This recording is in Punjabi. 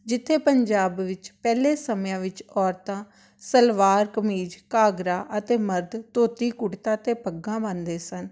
ਜਿੱਥੇ ਪੰਜਾਬ ਵਿੱਚ ਪਹਿਲੇ ਸਮਿਆਂ ਵਿੱਚ ਔਰਤਾਂ ਸਲਵਾਰ ਕਮੀਜ਼ ਘੱਗਰਾ ਅਤੇ ਮਰਦ ਧੋਤੀ ਕੁੜਤਾ ਅਤੇ ਪੱਗਾਂ ਬੰਨ੍ਹਦੇ ਸਨ